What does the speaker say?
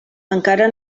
encara